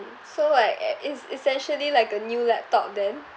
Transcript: so like eh is essentially like a new laptop then